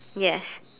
yes